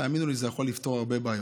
תאמינו לי, זה יכול לפתור הרבה בעיות.